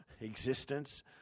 existence